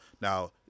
Now